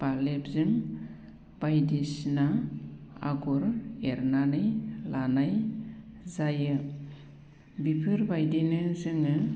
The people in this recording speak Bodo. बालेबजों बायदिसिना आगर एरनानै लानाय जायो बिफोरबायदिनो जोङो